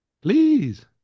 Please